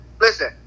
Listen